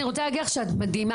אני רוצה להגיד לך שאת מדהימה.